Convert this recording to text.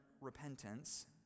repentance